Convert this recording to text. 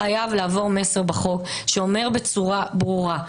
חייב לעבור מסר בחוק שאומר בצורה ברורה,